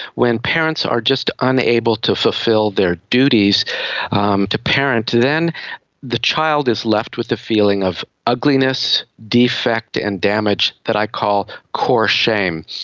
when parents are just unable to fulfil their duties um to parent, then the child is left with a feeling of ugliness, defect and damage that i call core shame.